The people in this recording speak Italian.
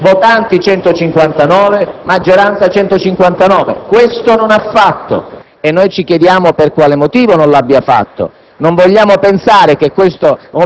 presenti 160; votanti 159; maggioranza 159. Questo non ha fatto. E noi ci chiediamo per quale motivo. Non vogliamo